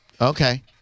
Okay